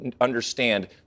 understand